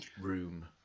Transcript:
room